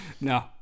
no